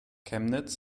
chemnitz